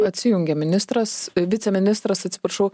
atsijungė ministras viceministras atsiprašau